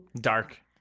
Dark